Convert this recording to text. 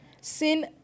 Sin